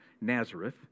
Nazareth